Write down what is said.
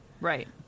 Right